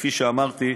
וכפי שאמרתי,